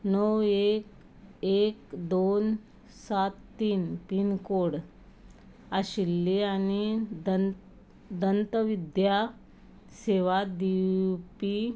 णव एक एक दोन सात तीन पिनकोड आशिल्लीं आनी दंतविद्द्या सेवा दिवपी